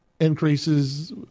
increases